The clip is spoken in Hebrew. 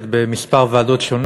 בכמה ועדות,